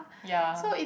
ya